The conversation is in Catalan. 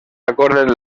acorden